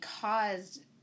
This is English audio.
caused